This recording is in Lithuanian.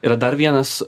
yra dar vienas